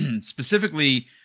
specifically